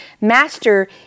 Master